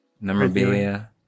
memorabilia